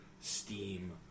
Steam